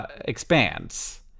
Expands